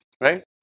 right